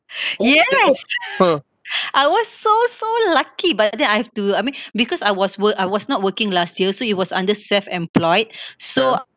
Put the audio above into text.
yes I was so so lucky but then I have to I mean because I was wor~ I was not working last year so it was under self-employed so